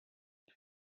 aber